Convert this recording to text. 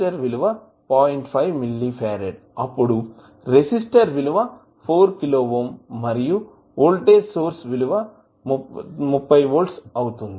5 milli ఫరాడ్అప్పుడు resistor విలువ 4 kilo ohm మరియు వోల్టేజ్ సోర్స్ విలువ 30 వోల్ట్స్అవుతుంది